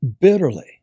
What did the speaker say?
bitterly